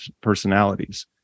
personalities